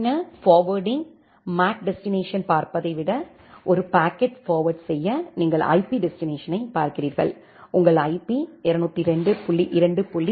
பின்னர் forwarding MAC destination பார்ப்பதை விட ஒரு பாக்கெட்டை ஃபார்வேர்ட் செய்ய நீங்கள் ஐபி டெஸ்டினேஷன் பார்க்கிறீர்கள் உங்கள் ஐபி 202